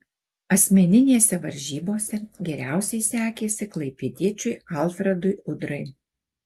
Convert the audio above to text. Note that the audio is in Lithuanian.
asmeninėse varžybose geriausiai sekėsi klaipėdiečiui alfredui udrai